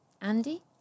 Andy